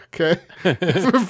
okay